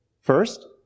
First